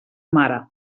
mare